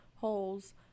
holes